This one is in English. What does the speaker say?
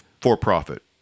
for-profit